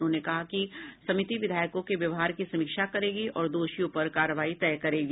उन्होंने कहा कि समिति विधायकों के व्यवहार की समीक्षा करेगी और दोषियों पर कार्रवाई तय करेगी